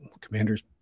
commander's